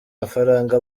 mafaranga